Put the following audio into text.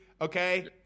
okay